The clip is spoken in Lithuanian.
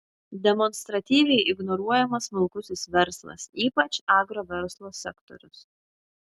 demonstratyviai ignoruojamas smulkusis verslas ypač agroverslo sektorius